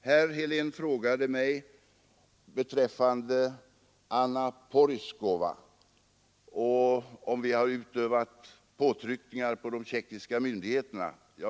Herr Helén frågade mig beträffande Anna Porizkova, om vi har utövat påtryckningar på de tjeckiska myndigheterna.